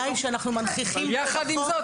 היא שאנחנו מנכיחים --- אבל יחד עם זאת,